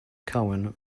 coen